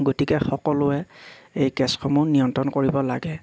গতিকে সকলোৱে এই গেছসমূহ নিয়ন্ত্ৰণ কৰিব লাগে